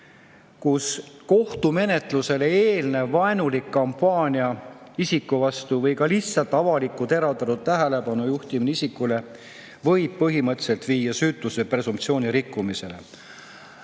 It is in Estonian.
kohtumenetlusele eelnev vaenulik kampaania isiku vastu või ka lihtsalt avaliku teravdatud tähelepanu juhtimine isikule võib põhimõtteliselt viia süütuse presumptsiooni rikkumisele.